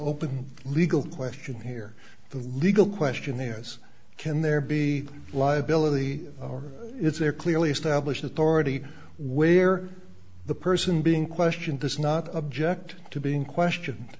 open legal question here the legal question is can there be liability or is there clearly established authority where the person being questioned this is not object to being questioned